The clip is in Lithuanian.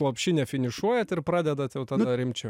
lopšine finišuojat ir pradedat jau tada rimčiau